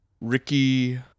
Ricky